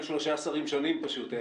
על שלושה שרים שונים פשוט,